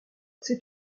c’est